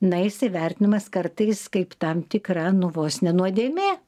na jis įvertinamas kartais kaip tam tikra nu vos ne nuodėmė